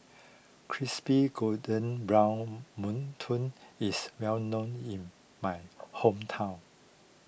Crispy Golden Brown Mantou is well known in my hometown